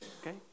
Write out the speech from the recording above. Okay